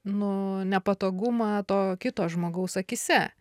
nu nepatogumą to kito žmogaus akyse